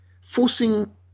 forcing